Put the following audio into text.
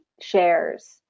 shares